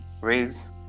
raise